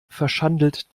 verschandelt